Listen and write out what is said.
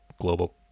global